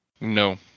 No